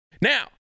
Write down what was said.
Now